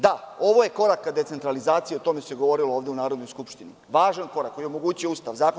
Da, ovo je korak ka decentralizaciji, o tome se govorilo ovde u Narodnoj skupštini, važan korak, koji je omogućio Ustav, zakon.